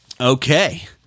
okay